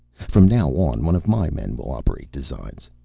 from now on one of my men will operate designs.